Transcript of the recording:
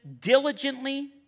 diligently